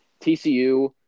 TCU